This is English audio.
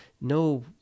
no